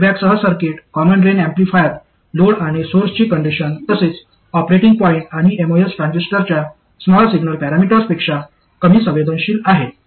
फीडबॅकसह circuit common drain amplifier load आणि सोर्सची condition तसेच ऑपरेटिंग पॉईंट आणि एमओएस ट्रान्झिस्टरच्या स्मॉल सिग्नल पॅरामीटर्स पेक्षा कमी संवेदनशील आहे